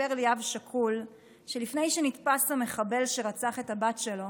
סיפר לי אב שכול שלפני שנתפס המחבל שרצח את הבת שלו